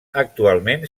actualment